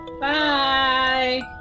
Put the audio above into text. Bye